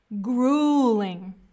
Grueling